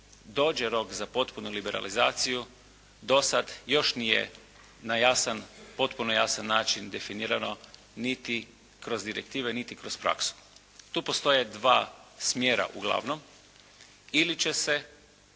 dođe rok za potpunu liberalizaciju, do sada još nije na jasan, potpuno jasan način definirano niti kroz direktive niti kroz praksu. Tu postoje dva smjera uglavnom ili će se